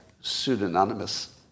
pseudonymous